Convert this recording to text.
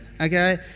Okay